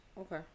Okay